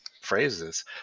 phrases